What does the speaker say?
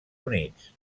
units